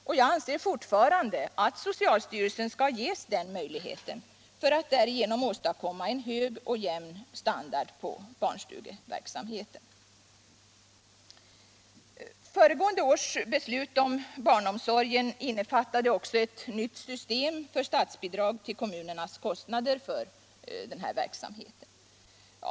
Och jag anser fortfarande att socialstyrelsen skall ges den möjligheten, för att därigenom åstadkomma en hög och jämn standard på barnstugeverksamheten. Föregående års beslut om barnomsorgen innefattade också ett nytt system för statsbidrag till kommunernas kostnader för denna verksamhet.